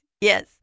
yes